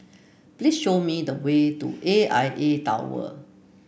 please show me the way to A I A Tower